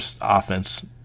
offense